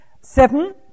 Seven